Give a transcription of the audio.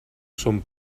son